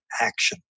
action